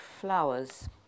Flowers